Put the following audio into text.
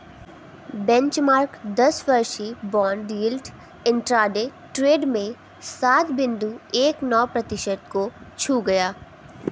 benchmark दस वर्षीय bond yield intraday trade में सात बिंदु एक नौ प्रतिशत को छू गया